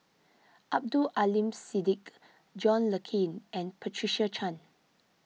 Abdul Aleem Siddique John Le Cain and Patricia Chan